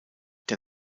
der